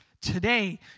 Today